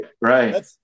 Right